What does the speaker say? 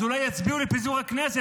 אז אולי יצביעו על פיזור הכנסת.